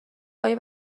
ایا